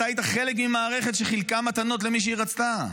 אתה היית חלק ממערכת שחילקה מתנות למי שהיא רצתה.